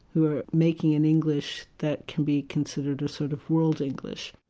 who are making an english that can be considered a sort of world english.